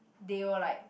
they were like